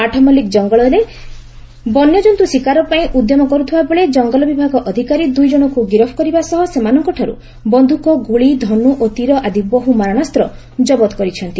ଆଠମଲ୍କିକ ଜଙ୍ଙଲରେ ବନ୍ୟଜନ୍ତୁ ଶିକାରପାଇଁ ଉଦ୍ୟମ କରୁଥିବାବେଳେ ଜଙ୍ଗଲ ବିଭାଗ ଅଧିକାରୀ ଦୁଇଜଶଙ୍କୁ ଗିରଫ କରିବା ସହ ସେମାନଙ୍କଠାରୁ ବନ୍ଧୁକ ଗୁଳି ଧନୁ ଓ ତୀର ଆଦି ବହୁ ମାରଣାସ୍ର ଜବତ କରିଛନ୍ତି